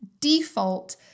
default